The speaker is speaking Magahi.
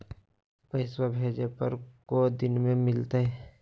पैसवा भेजे पर को दिन मे मिलतय?